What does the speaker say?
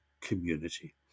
community